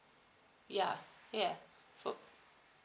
yeah yeah for